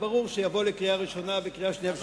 הרי ברור שזה יבוא לקריאה ראשונה וקריאה שנייה ושלישית.